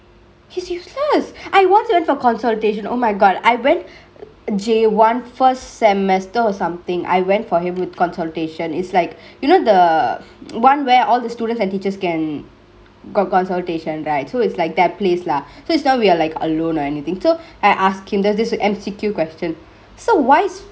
he's useless I once went for consultation oh my god I went J one first semester or somethingk I went for him with consultation is like you know the one where all the students and teachers can got consultation right so is like that place lah so it's not like we're alone or anythingk so I ask him there's this M_C_Q question so why is